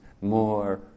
more